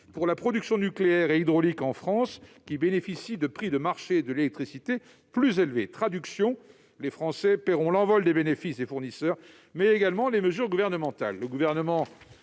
pour la production nucléaire et hydraulique en France, qui bénéficie de prix de marché de l'électricité plus élevés ». En d'autres termes, les Français paieront non seulement l'envol des bénéfices des fournisseurs, mais aussi les mesures gouvernementales.